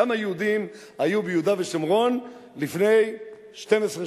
כמה יהודים היו ביהודה ושומרון לפני 12 שנה?